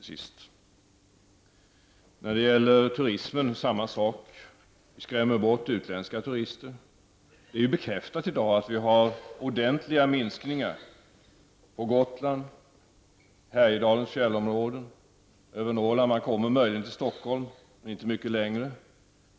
Detsamma gäller turismen. Vi skrämmer bort utländska turister. Det är bekräftat i dag att turismen har minskat väsentligt, exempelvis på Norrland. Man kommer möjligen till Stockholm men inte mycket längre.